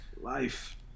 Life